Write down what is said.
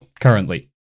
currently